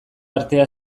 artea